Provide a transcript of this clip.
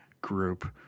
group